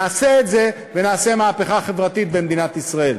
נעשה את זה, ונעשה מהפכה חברתית במדינת ישראל.